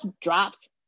drops